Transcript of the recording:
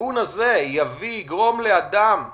הסיכון הזה יגרום לאדם להידבק,